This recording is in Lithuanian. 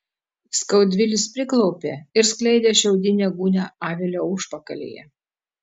skaudvilis priklaupė ir skleidė šiaudinę gūnią avilio užpakalyje